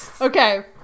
okay